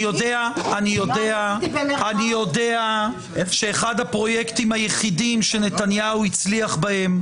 אני יודע שאחד הפרויקטים היחידים שנתניהו הצליח בהם